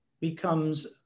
becomes